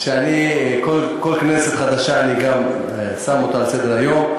אני כל כנסת חדשה שם אותה על סדר-היום,